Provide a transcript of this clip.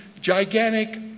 gigantic